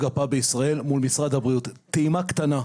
גפה בישראל מול משרד הבריאות טעימה קטנה.